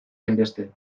hainbeste